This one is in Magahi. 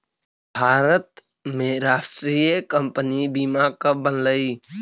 भारत में राष्ट्रीय बीमा कंपनी कब बनलइ?